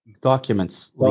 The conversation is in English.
Documents